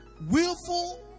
Willful